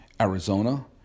Arizona